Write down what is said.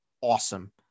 awesome